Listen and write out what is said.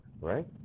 right